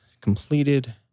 completed